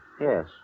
Yes